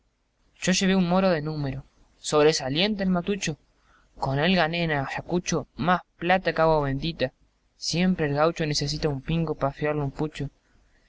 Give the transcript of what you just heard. yo llevé un moro de número sobresaliente el matucho con él gané en ayacucho más plata que agua bendita siempre el gaucho necesita un pingo pa fiarle un pucho